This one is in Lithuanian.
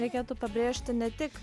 reikėtų pabrėžti ne tik